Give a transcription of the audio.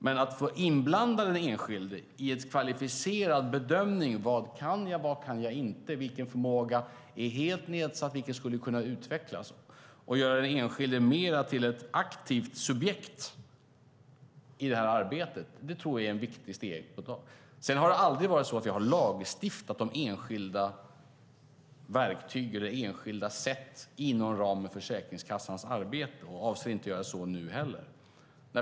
Men att inblanda den enskilde i en kvalificerad bedömning av vad man kan och inte kan, vilken förmåga som är helt nedsatt och vilken som skulle kunna utvecklas och att göra den enskilde mer till ett aktivt subjekt i det här arbetet tror jag är ett viktigt steg att ta. Vi har aldrig lagstiftat om enskilda verktyg eller enskilda sätt inom ramen för Försäkringskassans arbete och avser inte att göra så nu heller.